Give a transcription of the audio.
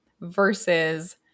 versus